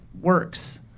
works